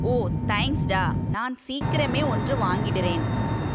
ஓ தேங்க்ஸ்டா நான் சீக்கிரமே ஒன்று வாங்கிவிடுறேன்